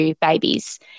babies